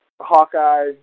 Hawkeye